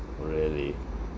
orh really